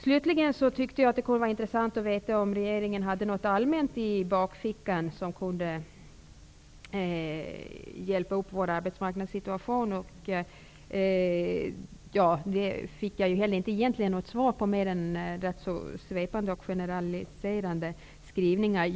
Slutligen skulle det vara intressant att få veta om regeringen hade något i bakfickan som kunde allmänt hjälpa upp vår arbetsmarknadssituation. Jag fick inget riktigt svar på det, utan bara ett svar med svepande och generaliserande formuleringar.